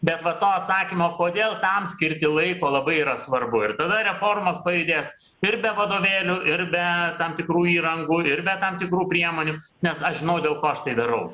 bet va to atsakymo kodėl tam skirti laiko labai yra svarbu ir tada reformos pajudės ir be vadovėlių ir be tam tikrų įrangų ir be tam tikrų priemonių nes aš žinau dėl ko aš tai darau